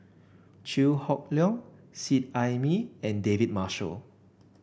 Chew Hock Leong Seet Ai Mee and David Marshall